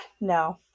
no